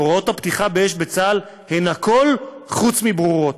הוראות הפתיחה בצה"ל הן הכול חוץ מברורות.